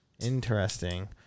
Interesting